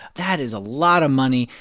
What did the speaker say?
that is a lot of money.